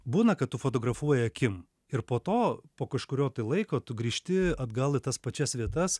būna kad tu fotografuoji akim ir po to po kažkurio tai laiko tu grįžti atgal į tas pačias vietas